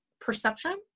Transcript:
Perception